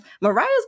Mariah's